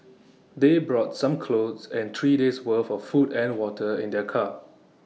they brought some clothes and three days' worth of food and water in their car